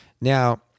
Now